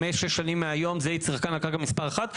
5-6 שנים מהיום זה יהיה צרכן הקרקע מספר אחת.